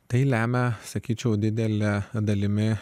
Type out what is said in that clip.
tai lemia sakyčiau didele dalimi